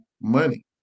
money